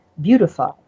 beautify